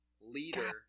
leader